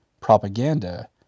propaganda